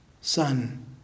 Son